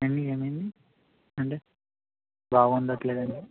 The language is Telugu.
ఏండీ ఏమైంది అంటే బాగుంటట్లేదాండి